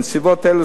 בנסיבות אלה,